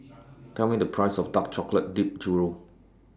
Tell Me The Price of Dark Chocolate Dipped Churro